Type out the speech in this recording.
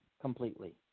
completely